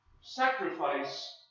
sacrifice